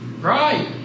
Right